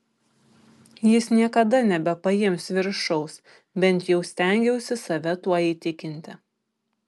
jis niekada nebepaims viršaus bent jau stengiausi save tuo įtikinti